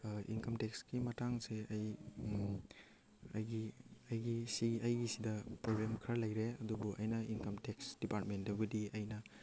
income ꯇꯦꯛꯁꯀꯤ ꯃꯇꯥꯡꯁꯦ ꯑꯩ ꯑꯩꯒꯤ ꯑꯩꯒꯤ ꯁꯤꯒꯤ ꯁꯤꯗ ꯄ꯭ꯔꯣꯕ꯭ꯂꯦꯝ ꯈꯔ ꯂꯩꯔꯦ ꯑꯗꯨꯕꯨ ꯑꯩꯅ ꯏꯟꯀꯝ ꯇꯦꯛꯁ ꯗꯤꯄꯥꯔꯠꯃꯦꯟꯗꯕꯨꯗꯤ ꯑꯩꯅ